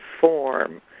form